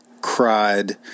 cried